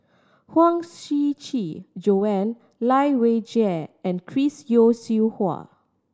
Huang Shiqi Joan Lai Weijie and Chris Yeo Siew Hua